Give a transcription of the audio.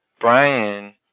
Brian